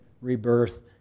rebirth